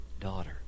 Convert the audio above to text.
Daughter